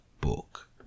book